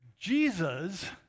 Jesus